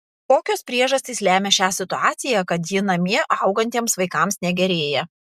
kokios priežastys lemia šią situaciją kad ji namie augantiems vaikams negerėja